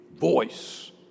voice